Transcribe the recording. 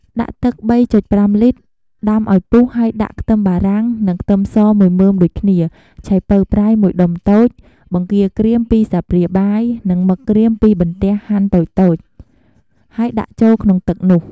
ដាក់ទឹក៣.៥លីត្រ ដាំឱ្យពុះហើយដាក់ខ្ទឹមបារាំង និងខ្ទឹមសមួយមើមដូចគ្នា ឆៃពៅប្រៃមួយដុំតូច បង្គាក្រៀម២ស្លាបព្រាបាយ និងមឹកក្រៀម២បន្ទះហាន់តូចៗ ហើយដាក់ចូលក្នុងទឹកនោះ។